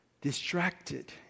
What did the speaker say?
distracted